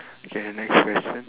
okay next question